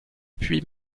puis